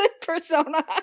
persona